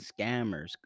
scammers